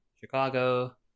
Chicago